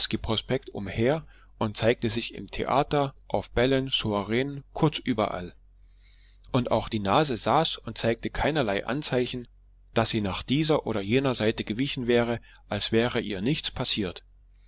newski prospekt umher und zeigte sich im theater auf bällen soireen kurz überall und auch die nase saß und zeigte keinerlei zeichen daß sie nach dieser oder jener seite gewichen wäre als wäre ihr nichts passiert